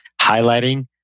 highlighting